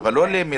אבל לא למלונית?